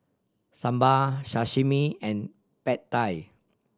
Sambar Sashimi and Pad Thai